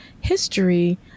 history